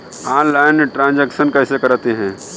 Online transaction कैसे करते हैं?